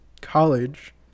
college